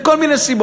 מכל מיני סיבות.